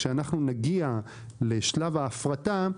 כאשר אנחנו נגיע לשלב ההפרטה,